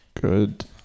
Good